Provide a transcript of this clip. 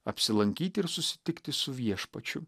apsilankyti ir susitikti su viešpačiu